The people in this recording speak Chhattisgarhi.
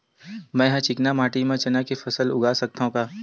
मै ह चिकना माटी म चना के फसल उगा सकथव का?